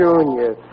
Junior